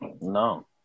No